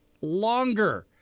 longer